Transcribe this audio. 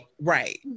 right